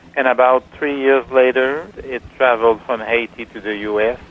and about three years later it travelled from haiti to the us.